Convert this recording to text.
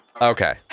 Okay